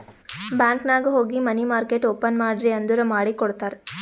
bank ನಾಗ್ ಹೋಗಿ money market open ಮಾಡ್ರಿ ಅಂದುರ್ ಮಾಡಿ ಕೊಡ್ತಾರ್